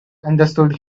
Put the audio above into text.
understood